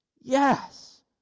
Yes